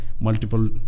multiple